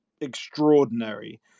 extraordinary